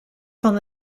van